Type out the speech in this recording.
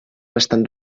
bastant